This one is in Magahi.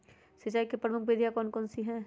सिंचाई की प्रमुख विधियां कौन कौन सी है?